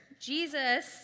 Jesus